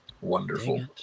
wonderful